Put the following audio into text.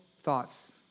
thoughts